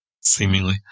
seemingly